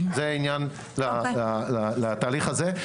זה לעניין התהליך הזה.